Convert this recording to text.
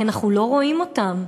כי אנחנו לא רואים אותם,